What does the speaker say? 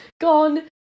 gone